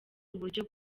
uburyo